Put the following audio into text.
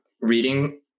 reading